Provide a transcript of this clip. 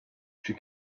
she